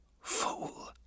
fool